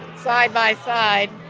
side-by-side,